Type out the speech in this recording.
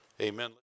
Amen